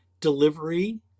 delivery